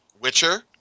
Witcher